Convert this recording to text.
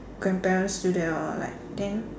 grandparents still there lor like then